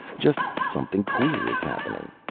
just something queer is happening.